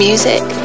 Music